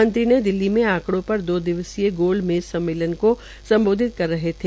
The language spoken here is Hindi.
मंत्री ने नई दिल्ली में आकड़ों पर दो दिवसीय गोलमेज सम्मेलन को सम्बोधित कर रहे थे